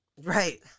Right